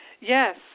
Yes